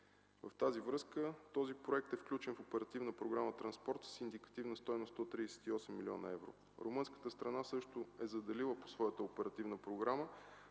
с това този проект е включен в Оперативна програма „Транспорт” с индикативна стойност от 38 млн. евро. Румънската страна също е заделила по своята оперативна програма